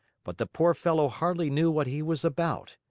but the poor fellow hardly knew what he was about.